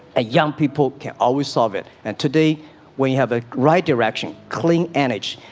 ah young people can always solve it and today we have a right direction clean energy.